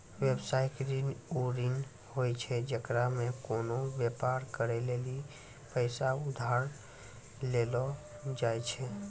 व्यवसायिक ऋण उ ऋण होय छै जेकरा मे कोनो व्यापार करै लेली पैसा उधार लेलो जाय छै